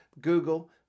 Google